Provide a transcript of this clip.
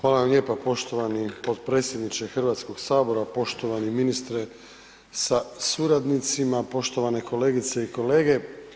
Hvala vam lijepa poštovani potpredsjedniče Hrvatskog sabora, poštovani ministre sa suradnicima, poštovane kolegice i kolege.